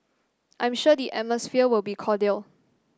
I'm sure the atmosphere will be cordial